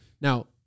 Now